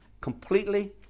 Completely